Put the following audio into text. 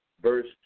verse